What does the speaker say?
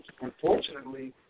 Unfortunately